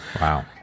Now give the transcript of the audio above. Wow